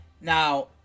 now